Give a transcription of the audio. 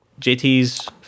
JT's